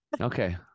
Okay